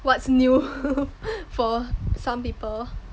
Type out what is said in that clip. what's new for some people